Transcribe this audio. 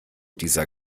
dieser